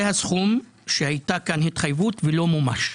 זה הסכום שהייתה עליו התחייבות ולא מומש.